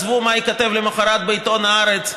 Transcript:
עזבו מה ייכתב למוחרת בעיתון הארץ,